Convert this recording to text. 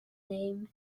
name